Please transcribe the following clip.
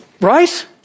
Right